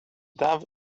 dove